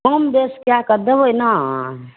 कम बेस कै के देबै नहि